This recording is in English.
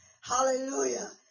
Hallelujah